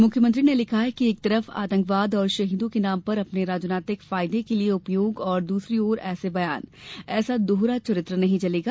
मुख्यमंत्री ने लिखा कि एक तरफ आतंकवाद व शहीदों के नाम का अपने राजनैतिक फायदे के लिये उपयोग और दूसरी ओर ऐसे बयान यह दोहरा चरित्र नहीं चलेगा